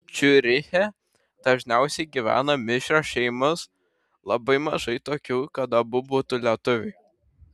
ciuriche dažniausiai gyvena mišrios šeimos labai mažai tokių kad abu būtų lietuviai